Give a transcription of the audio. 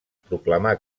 proclamà